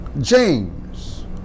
James